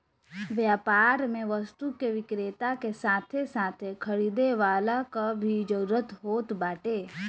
व्यापार में वस्तु के विक्रेता के साथे साथे खरीदे वाला कअ भी जरुरत होत बाटे